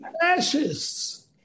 fascists